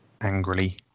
angrily